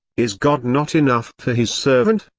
is god not enough for his servant.